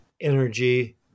energy